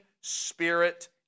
spirit